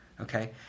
Okay